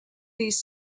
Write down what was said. these